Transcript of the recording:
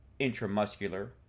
intramuscular